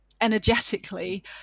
energetically